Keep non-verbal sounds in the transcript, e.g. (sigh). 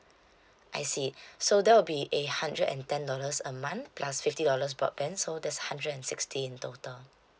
I see (breath) so that will be a hundred and ten dollars a month plus fifty dollars broadband so that's hundred and sixty in total